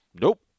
nope